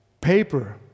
paper